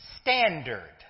standard